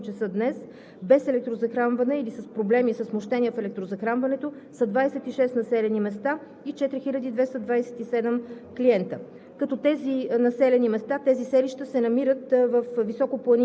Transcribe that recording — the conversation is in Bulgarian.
с 4584 клиента. Към настоящия момент – към 8,00 ч. днес, без електрозахранване или с проблеми със смущение в електрозахранването са 26 населени места и 4227 клиента,